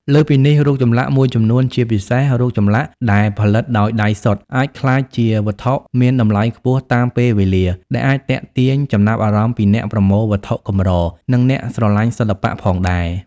លើសពីនេះ រូបចម្លាក់មួយចំនួន ជាពិសេសរូបចម្លាក់ដែលផលិតដោយដៃសុទ្ធ អាចក្លាយជា វត្ថុមានតម្លៃខ្ពស់តាមពេលវេលា ដែលអាចទាក់ទាញចំណាប់អារម្មណ៍ពីអ្នកប្រមូលវត្ថុកម្រ និងអ្នកស្រឡាញ់សិល្បៈផងដែរ។